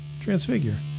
transfigure